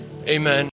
Amen